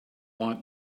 want